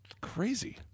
crazy